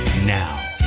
Now